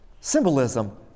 symbolism